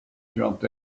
jumped